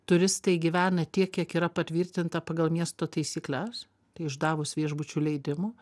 turistai gyvena tiek kiek yra patvirtinta pagal miesto taisykles išdavus viešbučių leidimą